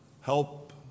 help